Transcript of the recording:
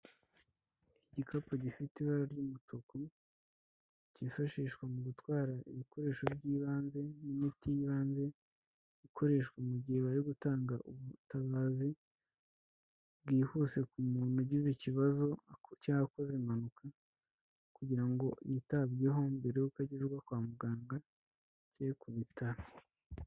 Igikapu gifite ibara ry'umutuku ,cyifashishwa mu gutwara ibikoresho by'ibanze, n'imiti y'ibanze ikoreshwa mu gihe bari gutanga ubutabazi, bwihuse ku muntu ugize ikibazo cyangwa akoze impanuka, kugira ngo yitabweho mbere y'uko agezwa kwa muganga cyangwaku bitaro.